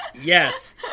Yes